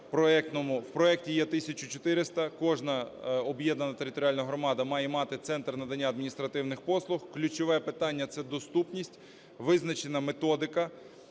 в проекті є 1 тисяча 400, кожна об'єднана територіальна громада має мати центр надання адміністративних послуг. Ключове питання – це доступність, визначена методика.